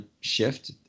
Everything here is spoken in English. shift